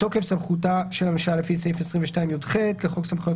"בתוקף סמכותה של הממשלה לפי סעיף 22יח לחוק סמכויות